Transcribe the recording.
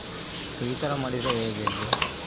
ನೀವು ಈ ಥರ ಮಾಡಿದರೆ ಹೇಗ್ ಹೇಳ್ರಿ